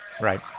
Right